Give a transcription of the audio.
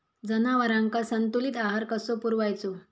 जनावरांका संतुलित आहार कसो पुरवायचो?